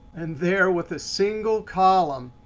and there with a single column,